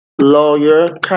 lawyer